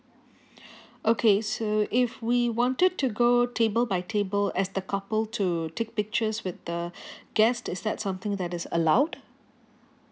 okay so if we wanted to go table by table as the couple to take pictures with the guest is that something that is allowed